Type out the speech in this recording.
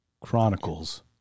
Chronicles